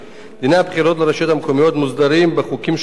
דיני הבחירות לרשויות המקומיות מוסדרים בחוקים שונים,